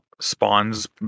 spawns